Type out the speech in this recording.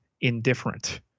indifferent